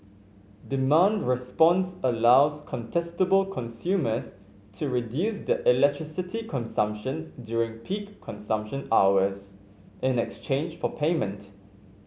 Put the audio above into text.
demand response allows contestable consumers to reduce their electricity consumption during peak consumption hours in exchange for payment